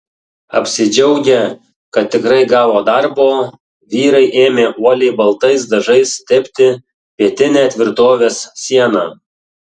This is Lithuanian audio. apsidžiaugę kad tikrai gavo darbo vyrai ėmė uoliai baltais dažais tepti pietinę tvirtovės sieną